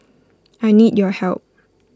I need your help